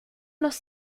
unos